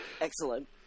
Excellent